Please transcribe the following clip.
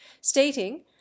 stating